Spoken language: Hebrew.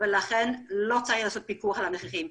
לכן לא חייב לעשות פיקוח על המחירים.